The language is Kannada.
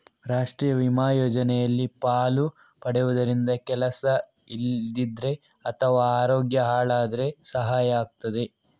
ರಾಷ್ಟೀಯ ವಿಮಾ ಯೋಜನೆಯಲ್ಲಿ ಪಾಲು ಪಡೆಯುದರಿಂದ ಕೆಲಸ ಇಲ್ದಿದ್ರೆ ಅಥವಾ ಅರೋಗ್ಯ ಹಾಳಾದ್ರೆ ಸಹಾಯ ಆಗ್ತದೆ